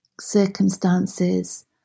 circumstances